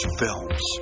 films